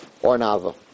Ornava